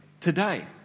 today